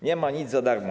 Nie ma nic za darmo.